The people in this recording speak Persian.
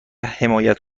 حمایت